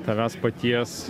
tavęs paties